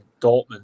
Dortmund